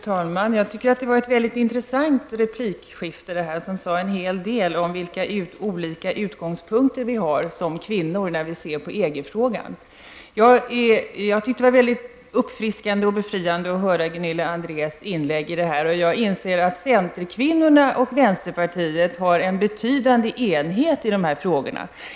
Fru talman! Jag tycker att detta var ett mycket intressant replikskifte som sade en hel del om vilka olika utgångspunkter vi har som kvinnor när vi ser på EG-frågan. Det var mycket uppfriskande och befriande att höra Gunilla Andrés inlägg, och jag inser att centerkvinnorna och vänsterpartiet har en betydande enighet i dessa frågor.